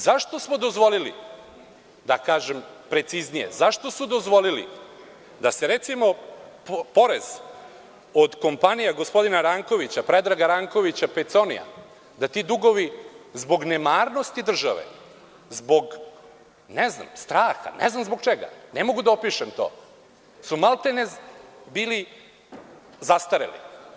Zašto smo dozvolili, da kažem preciznije, zašto su dozvolili da se recimo porez od kompanija gospodina Predraga Rankovića Peconija, da ti dugovi zbog nemarnosti države, zbog, ne znam, straha, ne znam zbog čega, ne mogu da opišem to, su maltene bili zastareli?